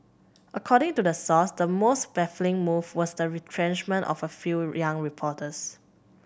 according to the source the most baffling move was the retrenchment of a few young reporters